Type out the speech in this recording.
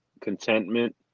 contentment